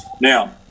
Now